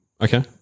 Okay